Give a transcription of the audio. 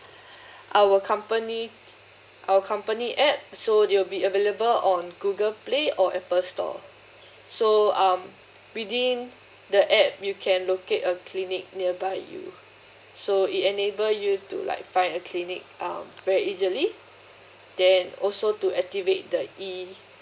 our company our company app so it'll be available on google play or apple store so um within the app you can locate a clinic nearby you so it enable you to like find a clinic um very easily then also to activate the E